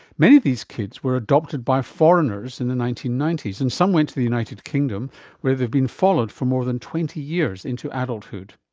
many of these kids were adopted by foreigners in the nineteen ninety s and some went to the united kingdom where they have been followed for more than twenty years into adulthood.